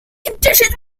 conditions